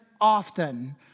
often